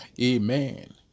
Amen